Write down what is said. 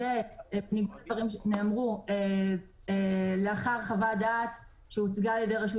אלה דברים שנאמרו לאחר חוות דעת שהציגה רשות